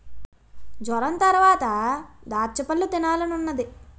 జొరంతరవాత దాచ్చపళ్ళు తినాలనున్నాది